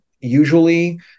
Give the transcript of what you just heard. usually